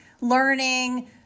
learning